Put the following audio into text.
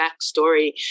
backstory